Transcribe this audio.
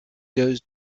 goes